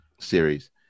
series